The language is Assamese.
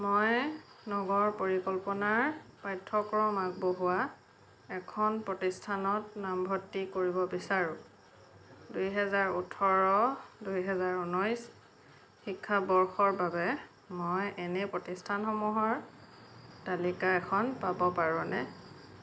মই নগৰ পৰিকল্পনাৰ পাঠ্যক্ৰম আগবঢ়োৱা এখন প্ৰতিষ্ঠানত নামভৰ্তি কৰিব বিচাৰোঁ দুই হেজাৰ ওঠৰ দুই হেজাৰ ঊনৈছ শিক্ষাবৰ্ষৰ বাবে মই এনে প্ৰতিষ্ঠানসমূহৰ তালিকা এখন পাব পাৰোঁনে